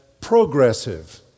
progressive